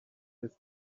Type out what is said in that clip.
risks